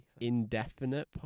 indefinite